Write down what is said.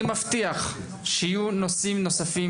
אני מבטיח שיהיו נושאים נוספים,